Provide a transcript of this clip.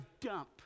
dump